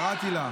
קראתי אותה.